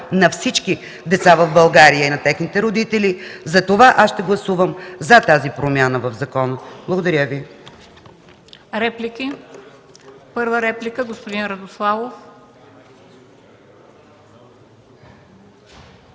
на всички деца в България и на техните родители, затова аз ще гласувам „за” тази промяна в закона. Благодаря.